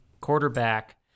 quarterback